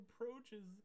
approaches